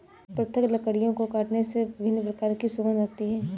पृथक लकड़ियों को काटने से विभिन्न प्रकार की सुगंध आती है